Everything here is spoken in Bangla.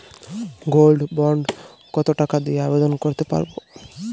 গোল্ড বন্ড কত টাকা দিয়ে আবেদন করতে পারবো?